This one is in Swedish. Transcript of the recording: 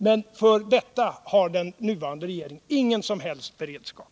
Men för detta har den nuvarande regeringen ingen som helst beredskap.